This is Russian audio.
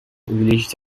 увеличить